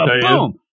Boom